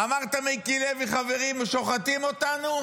אמרת, מיקי לוי חברי, שוחטים אותנו.